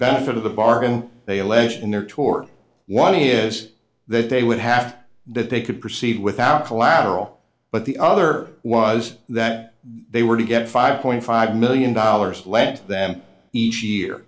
benefit of the bargain they allege in their tour one is that they would have that they could proceed without collateral but the other was that they were to get five point five million dollars lent them each year